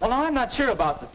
well i'm not sure about the